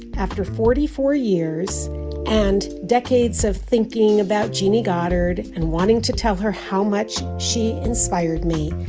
after forty four years and decades of thinking about jeannie goddard and wanting to tell her how much she inspired me,